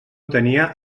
tenia